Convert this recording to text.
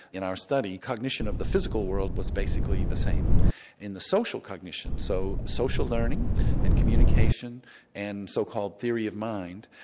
in our study cognition of the physical world was basically the same in the social cognition, so social learning and communication and so called theory of mind,